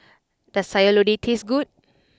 does Sayur Lodeh taste good